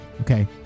Okay